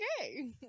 Okay